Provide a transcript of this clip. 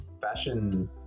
fashion